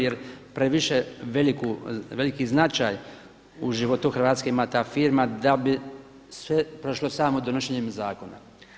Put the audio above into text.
Jer previše veliki značaj u životu Hrvatske ima ta firma da bi sve prošlo samo donošenjem zakona.